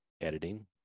editing